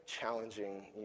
challenging